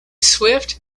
swift